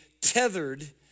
tethered